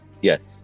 Yes